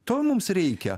to mums reikia